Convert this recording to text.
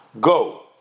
Go